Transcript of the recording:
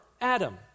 Adam